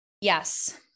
Yes